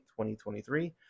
2023